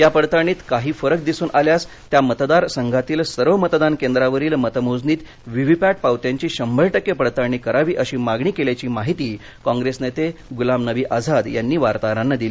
या पडताळणीत काही फरक दिसून आल्यास त्या मतदार संघातील सर्व मतदान केंद्रांवरील मतमोजणीत व्हीव्हीपॅट पावत्यांची शंभर टक्के पडताळणी करावी अशी मागणी केल्याची माहिती काँग्रेस नेते गुलाम नबी आझाद यांनी वार्ताहरांना दिली